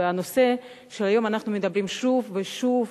והנושא שהיום אנחנו מדברים עליו שוב ושוב,